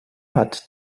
hat